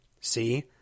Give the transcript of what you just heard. SEE